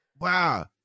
wow